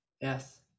Yes